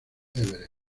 everett